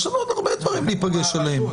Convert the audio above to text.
יש לנו עוד הרבה דברים להיפגש עליהם.